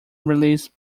release